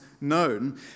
known